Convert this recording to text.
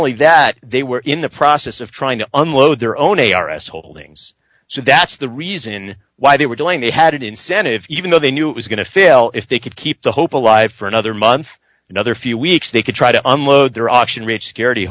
only that they were in the process of trying to unload their own a r s holdings so that's the reason why they were doing they had an incentive even though they knew it was going to fail if they could keep the hope alive for another month another few weeks they could try to unload their auction rate securit